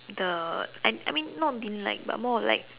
the I I mean not didn't like but more of like